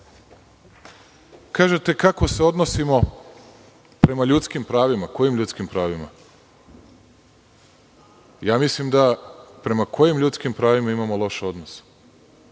kako se odnosimo prema ljudskim pravima. Kojim ljudskim pravima? Prema kojim ljudskim pravima imamo loše odnose?